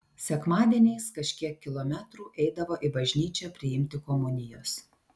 sekmadieniais kažkiek kilometrų eidavo į bažnyčią priimti komunijos